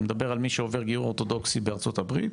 אני מדבר על מי שעובר גיור אורתודוקסי בארצות הברית